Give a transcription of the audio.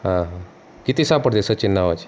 हां हां किती सहा सापडते सचिन नावाचे